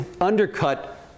undercut